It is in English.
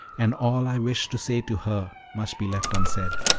and all i wished to say to her must be left unsaid.